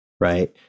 right